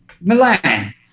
Milan